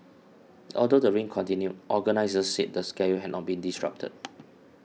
although the rain continued organisers said the schedule had not been disrupted